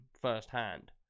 firsthand